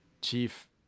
chief